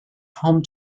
home